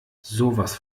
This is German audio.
sowas